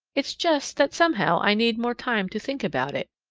it's just that somehow i need more time to think about it,